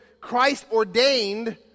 Christ-ordained